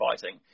fighting